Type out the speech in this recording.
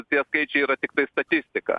tie skaičiai yra tiktai statistika